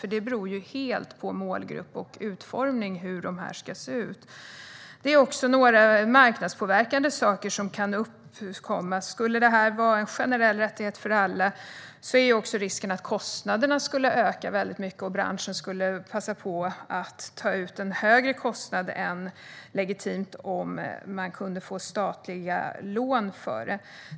Hur det hela ska se ut beror ju helt på målgrupp och utformning. Det finns också några marknadspåverkande saker som kan uppkomma. Om detta skulle vara en generell rättighet för alla och om man kan få statliga lån finns också risken för att kostnaderna skulle öka mycket och att branschen skulle passa på att ta ut en högre kostnad än vad som är legitimt.